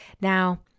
Now